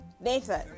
Nathan